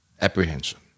apprehension